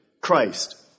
Christ